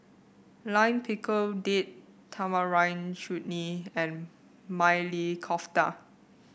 Lime Pickle Date Tamarind Chutney and Maili Kofta